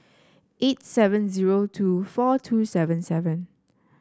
eight seven zero two four two seven seven